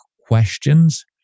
questions